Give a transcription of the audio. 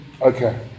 okay